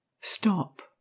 Stop